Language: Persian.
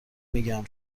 میگم